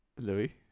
Louis